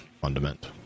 Fundament